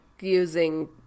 using